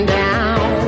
down